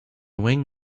wing